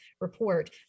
report